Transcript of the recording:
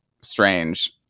strange